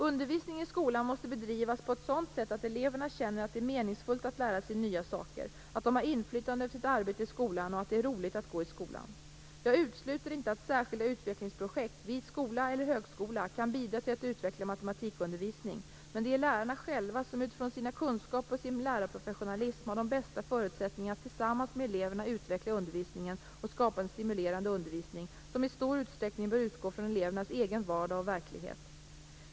Undervisningen i skolan måste bedrivas på ett sådant sätt att eleverna känner att det är meningsfullt att lära sig nya saker, att de har inflytande över sitt arbete i skolan och att det är roligt att gå i skolan. Jag utesluter inte att särskilda utvecklingsprojekt, vid skola eller högskola, kan bidra till att utveckla matematikundervisningen. Men det är lärarna själva som utifrån sina kunskaper och sin lärarprofessionalism har de bästa förutsättningar att tillsammans med eleverna utveckla undervisningen och skapa en stimulerande undervisning, som i stor utsträckning bör utgå från elevernas egen vardag och verklighet.